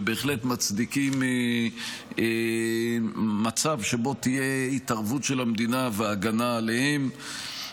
ובהחלט מצדיקים מצב שבו תהיה התערבות של המדינה והגנה עליהם,